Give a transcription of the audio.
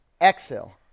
Exhale